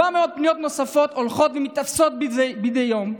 ו-400 פניות נוספות הולכות ומתווספות מדי יום.